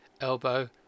Elbow